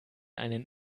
einen